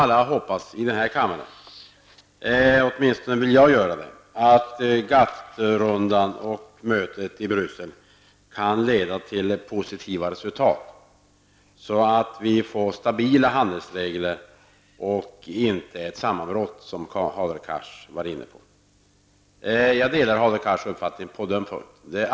Alla här i kammaren kan nog hoppas på, åtminstone gör jag det, att GATT-rundan och mötet i Bryssel leder till positiva resultat, så att vi får stabila handelsregler och inte ett sammanbrott -- något som Hadar Cars också var inne på. Jag delar alltså Hadar Cars uppfattning på den punkten.